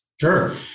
Sure